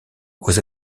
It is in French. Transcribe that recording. aux